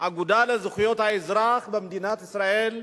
האגודה לזכויות האזרח במדינת ישראל.